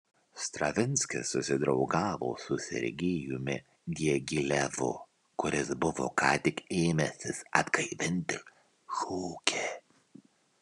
stravinskis susidraugavo su sergejumi diagilevu kuris buvo ką tik ėmęsis atgaivinti šokį